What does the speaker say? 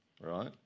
right